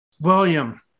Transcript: William